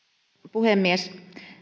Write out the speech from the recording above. puhemies